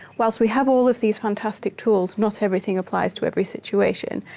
whilst we have all of these fantastic tools, not everything applies to every situation.